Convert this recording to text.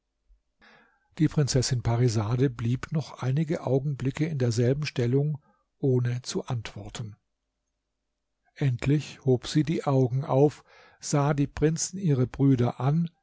die prinzessin parisade blieb noch einige augenblicke in derselben stellung ohne zu antworten endlich hob sie die augen auf sah die prinzen ihre brüder an